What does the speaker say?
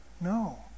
no